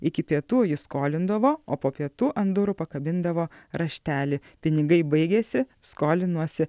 iki pietų jis skolindavo o po pietų ant durų pakabindavo raštelį pinigai baigėsi skolinuosi